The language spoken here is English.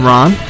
Ron